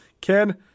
Ken